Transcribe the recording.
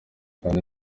kandi